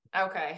Okay